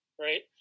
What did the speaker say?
right